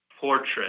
portrait